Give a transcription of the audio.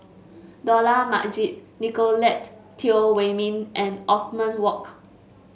Dollah Majid Nicolette Teo Wei Min and Othman Wok